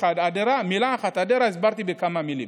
מילה אחת, אדרה, הסברתי בכמה מילים.